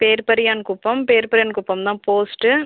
பேர்பெரியாங்குப்பம் பேர்பெரியாங்குப்பம் தான் போஸ்ட்டு